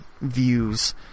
views